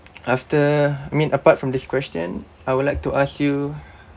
after I mean apart from this question I would like to ask you